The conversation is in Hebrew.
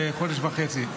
חודש וחצי.